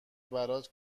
برات